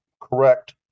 correct